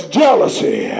jealousy